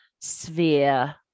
sphere